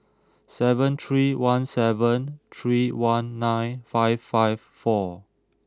seven three one seven three one nine five five four